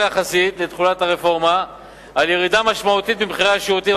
יחסית לתחולת הרפורמה ירידה משמעותית במחירי השירותים